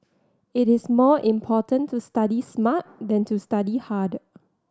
it is more important to study smart than to study hard